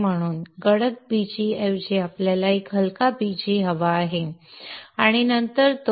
म्हणून गडद bg ऐवजी आपल्याला एक हलका b g हवा आहे आणि नंतर तो